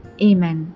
Amen